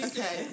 Okay